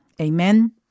Amen